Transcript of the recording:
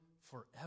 forever